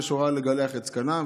יש הוראה לגלח את זקנם,